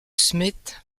smith